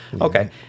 Okay